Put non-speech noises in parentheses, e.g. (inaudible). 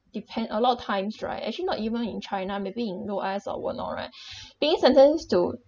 depend a lot of times right actually not even in china maybe in U_S or whatnot right (breath) being sentenced to